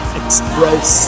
express